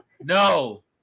No